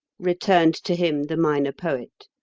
returned to him the minor poet.